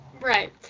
Right